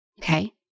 Okay